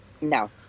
no